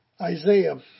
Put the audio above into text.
Isaiah